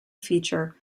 feature